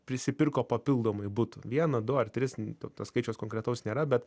prisipirko papildomai butų vieną du ar tris to to skaičiaus konkretaus nėra bet